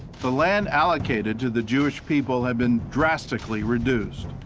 the land allocated to the jewish people had been drastically reduced.